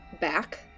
back